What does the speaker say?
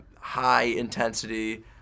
high-intensity